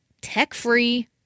tech-free